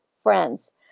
friends